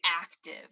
active